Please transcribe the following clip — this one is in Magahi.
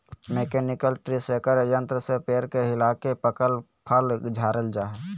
मैकेनिकल ट्री शेकर यंत्र से पेड़ के हिलाके पकल फल झारल जा हय